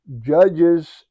judges